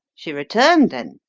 she returned, then?